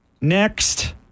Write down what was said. Next